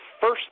first